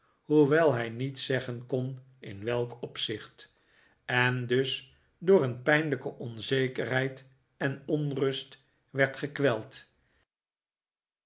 hoewel hij niet zeggen kon in welk opzicht en dus door een pijnlijke onzekerheid en onrust werd gekweld